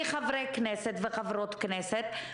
מחברי וחברות כנסת,